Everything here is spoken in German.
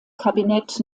kabinett